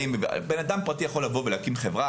בן אדם פרטי יכול לבוא ולהקים חברה,